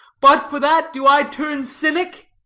but for that, do i turn cynic?